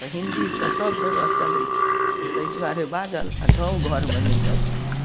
तऽ हिन्दी तऽ सब जगह चलै छै ताहि दुआरे बाजल आ गाँव घरमे नहि बजै छै